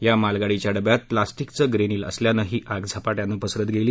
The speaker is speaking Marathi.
या मालगाडीच्या डब्यात प्लास्टिक चं ग्रेनील असल्यानं ही आग झपाट्यानं पसरत गेली